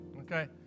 Okay